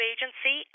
Agency